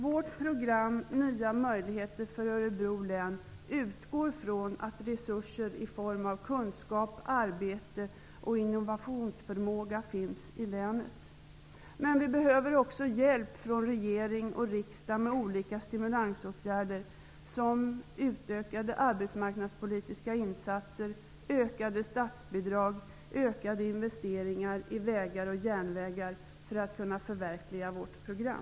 Vårt program, ''Nya möjligheter för Örebro län'', utgår från att resurser i form av kunskap, arbete och innovationsförmåga finns i länet. Men vi behöver också hjälp från regering och riksdag med olika stimulansåtgärder -- utökade arbetsmarknadspolitiska insatser, ökade statsbidrag, ökade investeringar i vägar och järnvägar -- för att kunna förverkliga vårt program.